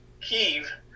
Kiev